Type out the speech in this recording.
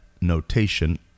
notation